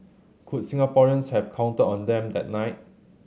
could Singaporeans have counted on them that night